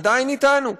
עדיין אתנו,